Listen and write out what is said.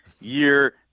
year